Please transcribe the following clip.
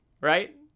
right